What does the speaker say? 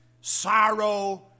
sorrow